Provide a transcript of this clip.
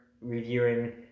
reviewing